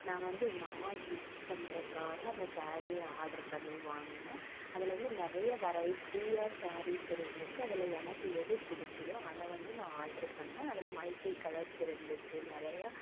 நான் வந்து எங்கள் அம்மாவுக்கு கிஃப்ட்டு பண்றதுக்காக அந்த ஸாரீயை ஆர்டர் பண்ணி வாங்குனேன் அதில் வந்து நிறைய வெரைட்டியாக ஸாரீஸ் இருந்துச்சு அதில் எனக்கு எது பிடிச்சிதோ அதை வந்து நான் ஆர்டர் பண்ணேன் அதில் மல்டி கலர்ஸ் இருந்துச்சு நிறையா